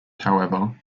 however